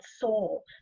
soul